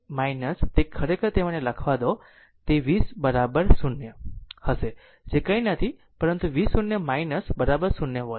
તેનો અર્થ છે v0 તે ખરેખર તે મને લખવા દો તે v 0 હશે જે કંઈ નથી પરંતુ v0 0 વોલ્ટ